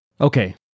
Okay